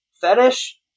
fetish